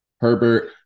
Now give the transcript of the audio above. Herbert